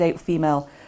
female